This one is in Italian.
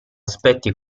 aspetti